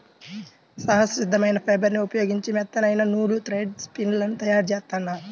సహజ సిద్ధమైన ఫైబర్ని ఉపయోగించి మెత్తనైన నూలు, థ్రెడ్ స్పిన్ లను తయ్యారుజేత్తారు